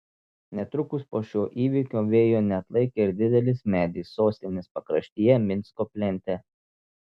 netrukus po šio įvykio vėjo neatlaikė ir didelis medis sostinės pakraštyje minsko plente